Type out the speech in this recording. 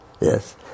yes